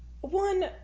one